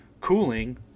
cooling